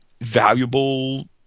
valuable